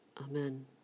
Amen